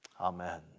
Amen